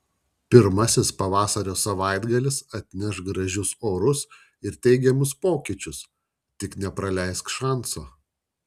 pirmasis pavasario savaitgalis atneš gražius orus ir teigiamus pokyčius tik nepraleisk šanso